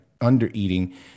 under-eating